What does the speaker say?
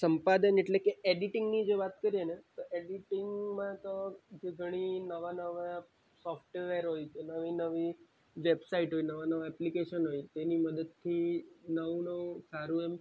સંપાદન એટલે કે એડિટિંગની જે વાત કરીએને એડિટિંગમાં તો ઘણી નવા નવા સોફ્ટવેર હોય નવી નવી વેબસાઇટો હોય નવા નવા એપ્લિકેશન હોય એની મદદથી નવું નવું સારું એમ